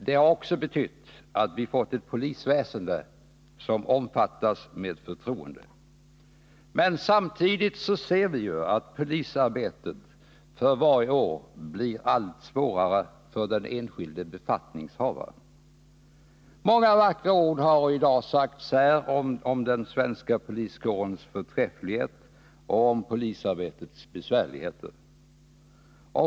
De har också betytt att vi har fått ett polisväsende som omfattas med förtroende. Men samtidigt ser vi att polisarbetet för varje år blivit allt svårare för den enskilde befattningshavaren. Många vackra ord har i dag sagts om den svenska poliskårens förträfflighet och om polisarbetets besvärligheter.